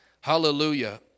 Hallelujah